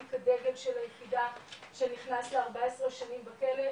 תיק הדגל של היחידה שנכנס ל-14 שנים בכלא,